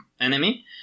enemy